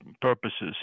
purposes